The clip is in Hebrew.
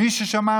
מי ששמע,